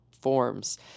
forms